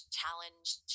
challenge